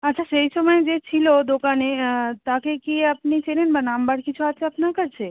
আচ্ছা সেই সময় যে ছিল দোকানে তাকে কি আপনি চেনেন বা নাম্বার কিছু আছে আপনার কাছে